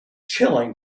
chilling